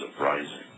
rising